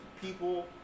people